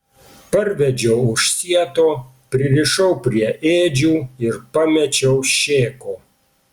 parvedžiau už sieto pririšau prie ėdžių ir pamečiau šėko